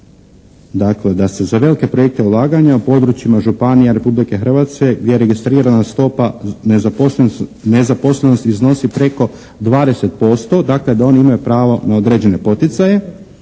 dakle da se za velike projekte ulaganja, u područjima županija Republike Hrvatske gdje je registrirana stopa nezaposlenosti iznosi preko 20%. Dakle, da oni imaju pravo na određene poticaje.